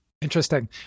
Interesting